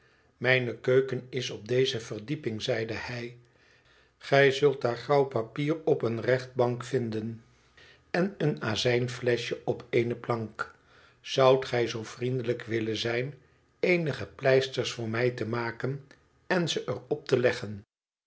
mijne keuken is op deze verdieping zeide hij gij zult daar grauw papier op eene rechtbank vinden en een azijnfleschje op eene plank zoudt gij zoo vriendelijk willen zijn eenige pleisters voor mij te maken en ze er op te leggen